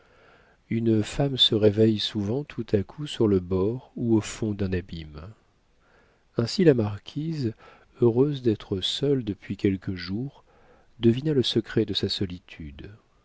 une femme se réveille souvent tout à coup sur le bord ou au fond d'un abîme ainsi la marquise heureuse d'être seule depuis quelques jours devina le secret de sa solitude